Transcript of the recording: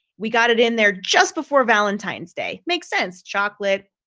we got it in there just before valentine's day makes sense. chocolate,